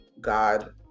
God